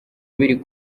biri